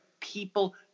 people